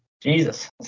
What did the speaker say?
Jesus